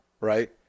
right